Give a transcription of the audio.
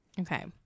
Okay